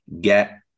get